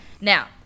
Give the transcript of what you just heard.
Now